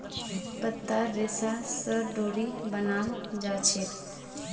पत्तार रेशा स डोरी बनाल जाछेक